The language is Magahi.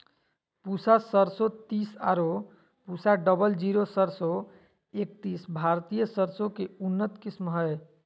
पूसा सरसों तीस आरो पूसा डबल जीरो सरसों एकतीस भारतीय सरसों के उन्नत किस्म हय